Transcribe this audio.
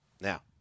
Now